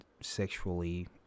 sexually